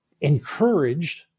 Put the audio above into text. encouraged